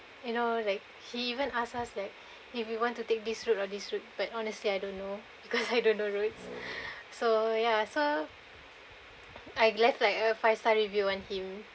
you know like he even asked us like if you want to take this route of this route but honestly I don't know because I don't know routes so ya so I left like a five star review on him